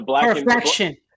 perfection